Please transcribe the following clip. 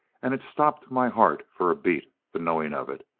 and it stopped my heart for a beat the knowing of it.